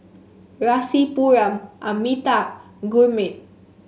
Rasipuram Amitabh Gurmeet